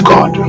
God